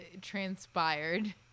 transpired